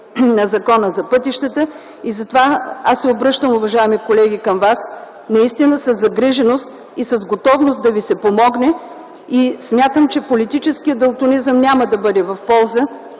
на Закона за пътищата. Затова се обръщам, уважаеми колеги, към вас наистина със загриженост и с готовност да ви се помогне. Смятам, че политическият далтонизъм няма да бъде в полза.